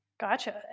Gotcha